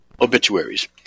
obituaries